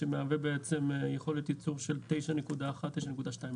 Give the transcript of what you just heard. שמהווה בעצם יכולת ייצור של 9.2-9.1 אחוזים.